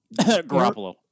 Garoppolo